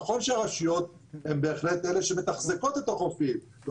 נכון שהרשויות הן בהחלט אלה שמתחזקות את החופים אבל